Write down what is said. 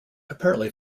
apparently